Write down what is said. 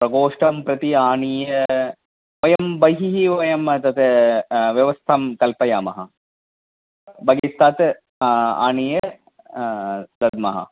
प्रकोष्ठं प्रति आनीय वयं बहिः वयं तत् व्यवस्थां कल्पयामः बहिस्तात् आनीय दद्मः